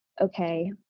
Okay